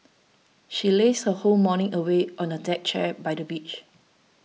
she lazed her whole morning away on a deck chair by the beach